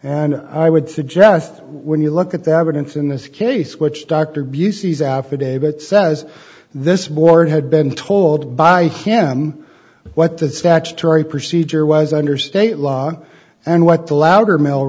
and i would suggest when you look at that evidence in this case which dr busey's affidavit says this board had been told by him what that statutory procedure was under state law and what the louder male